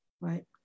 right